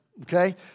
okay